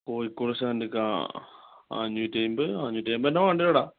കോഴിക്കോട് സ്റ്റാൻറ്റിലേക്ക് അഞ്ഞൂറ്റമ്പത് അഞ്ഞൂറ്റമ്പത് തന്നെ വേണ്ടി വരും കെട്ടോ